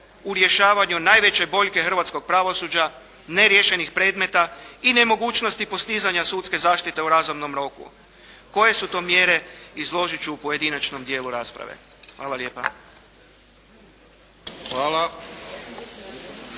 u rješavanju najveće boljke hrvatskog pravosuđa neriješenih predmeta i nemogućnosti postizanja sudske zaštite u razumnom roku. Koje su to mjere izložit ću u pojedinačnom dijelu rasprave. Hvala lijepa.